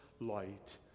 light